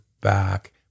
back